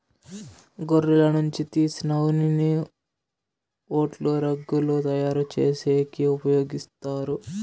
గొర్రెల నుంచి తీసిన ఉన్నిని కోట్లు, రగ్గులు తయారు చేసేకి ఉపయోగిత్తారు